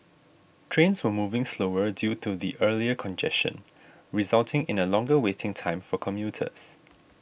trains were moving slower due to the earlier congestion resulting in a longer waiting time for commuters